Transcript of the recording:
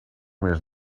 his